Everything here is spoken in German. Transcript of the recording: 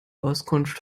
auskunft